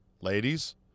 ladies